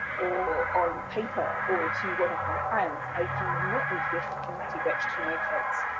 or on paper, or to one of my friends. i do not need to be a fucking ratty bitch to my kids.